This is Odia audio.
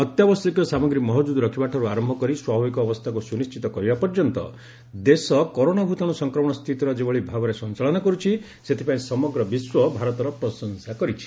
ଅତ୍ୟାବଶ୍ୟକ ସାମଗ୍ରୀ ମହଜୁଦ ରଖିବାଠାରୁ ଆରମ୍ଭ କରି ସ୍ୱାଭାବିକ ଅବସ୍ଥାକୁ ସୁନିଶ୍ଚିତ କରିବା ପର୍ଯ୍ୟନ୍ତ ଦେଶ କରୋନା ଭୂତାଣୁ ସଂକ୍ରମଣ ସ୍ଥିତିର ଯେଭଳି ଭାବରେ ସଞ୍ଚାଳନା କରୁଛି ସେଥିପାଇଁ ସମଗ୍ର ବିଶ୍ୱ ଭାରତର ପ୍ରଶଂସା କରିଛି